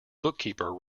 bookkeeper